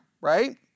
right